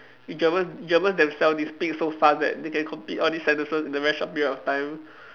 German German themselves they speak so fast right they can complete all these sentences in a very short period of time